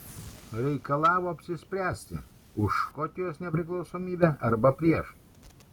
reikalavo apsispręsti už škotijos nepriklausomybę arba prieš